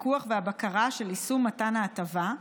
הפיקוח והבקרה של יישום מתן ההטבה,